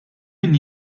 min